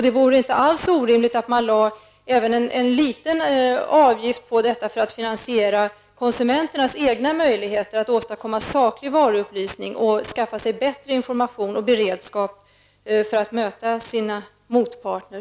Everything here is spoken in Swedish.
Det vore inte orimligt att lägga även en liten avgift på detta för att finansiera konsumenternas egna möjligheter att åstadkomma saklig varuupplysning och skaffa sig bättre information och beredskap för att möta sina motparter.